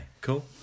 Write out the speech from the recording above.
cool